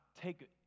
take